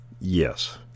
Yes